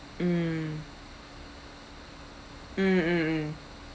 mm mm mm mm